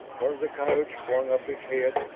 one of the coyotes flung up its head,